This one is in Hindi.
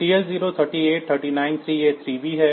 TL0 38 39 3A 3B है